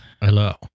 hello